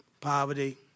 poverty